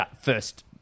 First